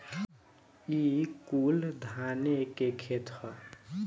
ई कुल धाने के खेत ह